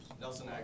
Nelson